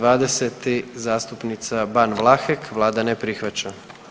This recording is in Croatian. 20., zastupnica Ban Vlahek, Vlada ne prihvaća.